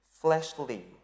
fleshly